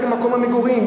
רק במקום המגורים.